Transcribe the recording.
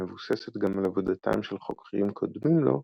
המבוססת גם על עבודתם של חוקרים קודמים לו,